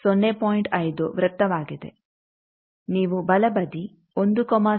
5 ವೃತ್ತವಾಗಿದೆ ನೀವು ಬಲಬದಿ 10 ಮತ್ತು 0